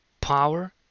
power